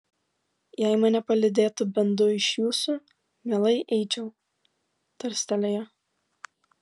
jei mane palydėtų bent du iš jūsų mielai eičiau tarstelėjo